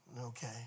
Okay